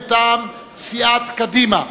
מטעם סיעת קדימה.